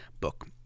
book